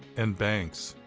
and banks.